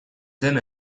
zen